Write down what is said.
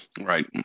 right